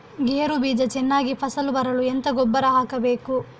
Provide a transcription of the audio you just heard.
ಗೇರು ಬೀಜ ಚೆನ್ನಾಗಿ ಫಸಲು ಬರಲು ಎಂತ ಗೊಬ್ಬರ ಹಾಕಬೇಕು?